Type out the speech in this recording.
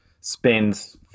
spends